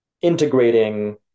integrating